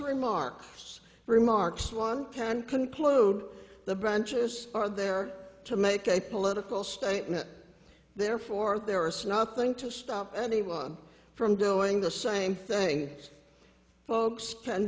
remarks remarks one can conclude the branches are there to make a political statement the therefore there are so nothing to stop anyone from doing the same thing folks